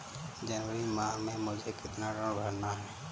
जनवरी माह में मुझे कितना ऋण भरना है?